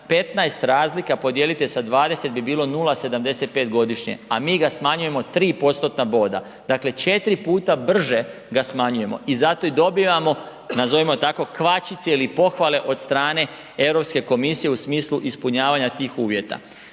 15 razlika podijelite sa 20 bi bilo 0,75 godišnje, a mi ga smanjujemo 3%-tna boda, dakle 4 puta brže ga smanjujemo i zato i dobivamo, nazovimo tako, kvačice ili pohvale od strane Europske komisije u smislu ispunjavanja tih uvjeta.